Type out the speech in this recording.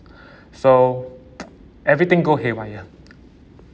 so everything go haywire